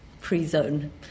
pre-zone